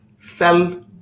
Sell